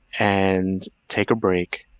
and take a break,